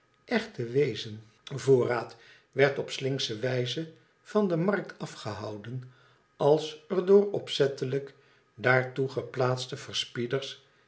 echte weezenvoorraad werd op slinksche wijze van de markt afgehouden als er door opzettelijk daartoe geplaatste verspieders